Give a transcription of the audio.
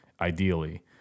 ideally